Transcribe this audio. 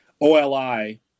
Oli